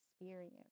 experience